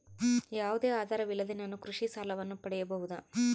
ಯಾವುದೇ ಆಧಾರವಿಲ್ಲದೆ ನಾನು ಕೃಷಿ ಸಾಲವನ್ನು ಪಡೆಯಬಹುದಾ?